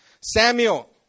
Samuel